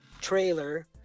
trailer